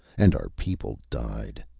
and our people died.